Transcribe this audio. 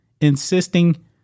insisting